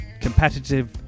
competitive